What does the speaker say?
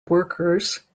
workers